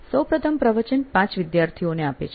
સૌપ્રથમ પ્રવચન 5 વિદ્યાર્થીઓને આપે છે